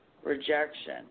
Rejection